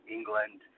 England